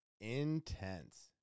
intense